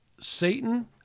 Satan